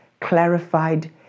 clarified